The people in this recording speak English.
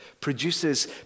produces